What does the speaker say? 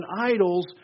idols